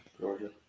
Georgia